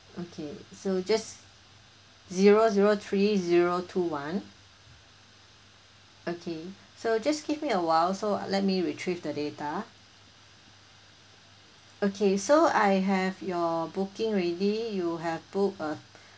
okay so just zero zero three zero two one okay so just give me a while so let me retrieve the data okay so I have your booking ready you have booked a